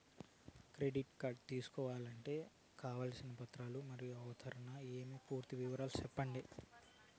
Credit card తీసుకోవాలంటే కావాల్సిన పత్రాలు మరియు అర్హతలు ఏమేమి పూర్తి వివరాలు సెప్పండి?